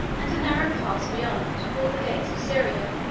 and a narrow pass beyond, called the gates of syria,